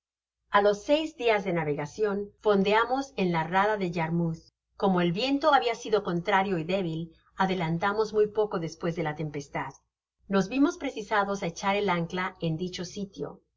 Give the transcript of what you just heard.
a los seis dias de navegacion fondeamos en la rada de yarmouth como el viento habia sido contrario y debil adelantamos muy poco despues de la tempestad nos vimos precisados á echar el ancla en dicho sitio